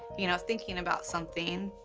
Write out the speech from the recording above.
you know, thinking about something,